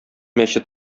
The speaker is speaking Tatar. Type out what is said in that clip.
мәче